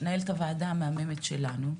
מנהלת הוועדה המהממת שלנו.